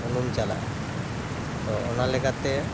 ᱩᱱᱩᱢ ᱪᱟᱞᱟᱜᱼᱟ ᱛᱚ ᱚᱱᱟ ᱞᱮᱠᱟᱛᱮ